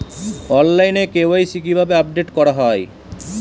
অনলাইনে কে.ওয়াই.সি কিভাবে আপডেট করা হয়?